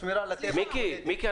מיקי,